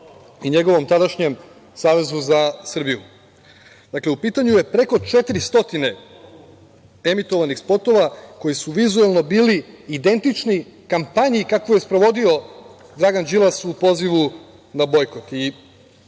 i njegovom tadašnjem Savezu za Srbiju. U pitanju je preko 400 emitovanih spotova koji su vizuelno bili identični kampanji kakvu je sprovodio Dragan Đilas u pozivu na bojkot.